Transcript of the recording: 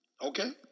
Okay